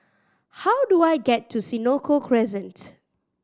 how do I get to Senoko Crescent